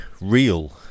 real